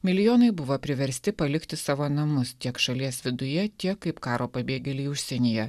milijonai buvo priversti palikti savo namus tiek šalies viduje tiek kaip karo pabėgėliai užsienyje